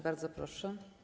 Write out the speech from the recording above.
Bardzo proszę.